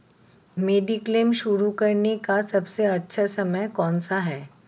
Mediclaim शुरू करने का सबसे अच्छा समय कौनसा है?